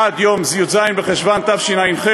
עד יום י"ז בחשוון תשע"ח.